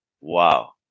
Wow